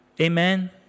Amen